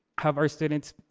have our students,